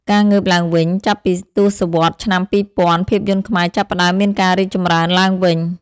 ការងើបឡើងវិញ ចាប់ពីទសវត្សរ៍ឆ្នាំ២០០០ ភាពយន្តខ្មែរចាប់ផ្ដើមមានការរីកចម្រើនឡើងវិញ។